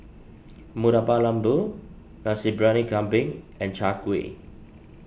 Murtabak Lembu Nasi Briyani Kambing and Chai Kueh